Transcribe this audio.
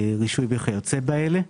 רישוי וכיוצא באלה.